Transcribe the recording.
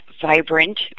vibrant